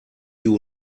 you